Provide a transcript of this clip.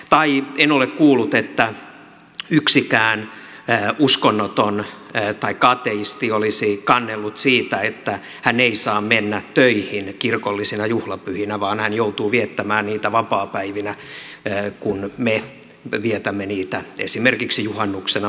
tai en ole kuullut että yksikään uskonnoton taikka ateisti olisi kannellut siitä että hän ei saa mennä töihin kirkollisina juhlapyhinä vaan joutuu viettämään niitä vapaapäivinä kun me vietämme niitä esimerkiksi juhannuksena pääsiäisenä ja jouluna